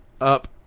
up